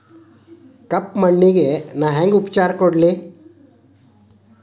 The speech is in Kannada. ಕಪ್ಪ ಮಣ್ಣಿಗ ನಾ ಹೆಂಗ್ ಉಪಚಾರ ಕೊಡ್ಲಿ?